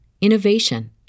innovation